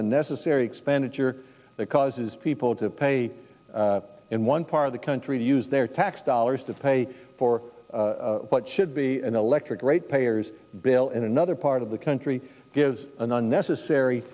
unnecessary expenditure that causes people to pay in one part of the country to use their tax dollars to pay for what should be an electric right payers bill in another part of the country gives an unnecessary